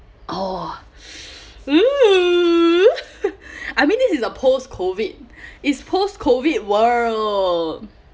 oh I mean this is a post COVID is post COVID world